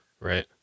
right